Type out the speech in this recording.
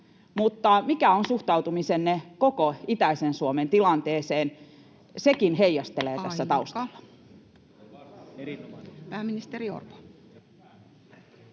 mikä on suhtautumisenne koko itäisen Suomen tilanteeseen? [Puhemies: Aika!] Sekin heijastelee tässä taustalla.